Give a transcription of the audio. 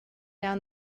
down